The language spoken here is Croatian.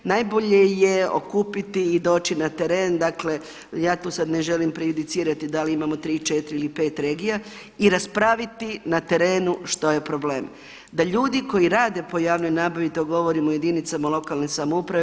Najbolje je okupiti i doći na teren, dakle ja tu sad ne želim prejudicirati da li imamo 3, 4 ili 5 regija i raspraviti na terenu što je problem da ljudi koji rade po javnoj nabavi, to govorim o jedinicama lokalne samouprave.